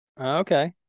Okay